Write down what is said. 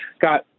got